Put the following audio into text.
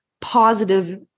positive